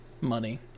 money